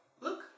Look